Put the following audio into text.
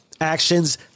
Actions